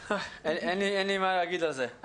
אין לי מה להגיד על זה.